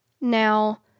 Now